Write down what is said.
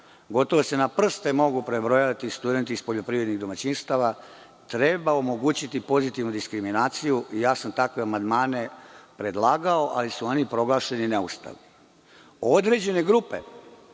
gotovo se na prste mogu prebrojati studenti iz poljoprivrednih domaćinstava, treba omogućiti pozitivnu diskriminaciju. Ja sam takve amandmane predlagao, ali su oni proglašeni neustavnim. Određene grupe